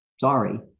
Sorry